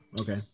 okay